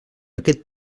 aquest